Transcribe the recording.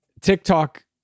TikTok